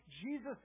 Jesus